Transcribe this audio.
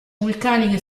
vulcaniche